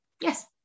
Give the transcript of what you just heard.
Yes